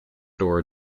door